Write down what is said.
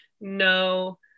no